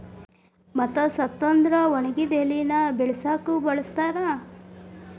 ಮತ್ತ ಸತ್ತ ಅಂದ್ರ ಒಣಗಿದ ಎಲಿನ ಬಿಳಸಾಕು ಬಳಸ್ತಾರ